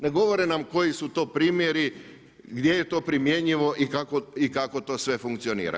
Ne govore nam koji su to primjeri, gdje je to primjenjivo i kako to sve funkcionira.